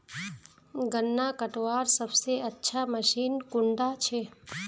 गन्ना कटवार सबसे अच्छा मशीन कुन डा छे?